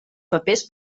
papers